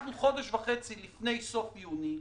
אנחנו חודש וחצי לפני סוף יוני,